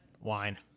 Wine